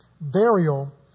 burial